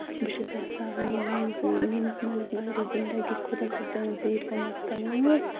بہٕ چھَس یَژھان مےٚ منٛز میٲنِس مالِس ماجہِ گژھِ زِندگی خۄدا صٲب دِنۍ زیٖٹھ وُمٕر تہٕ وٲنسۍ